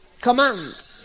command